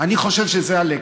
אני חושב שזה הלקח.